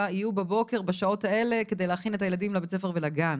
יהיו בבוקר בשעות האלה כדי להכין את הילדים לבית הספר ולגן.